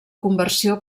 conversió